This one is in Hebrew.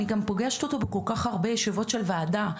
אני גם פוגשת אותו בכל כך הרבה ישיבות של הוועדה,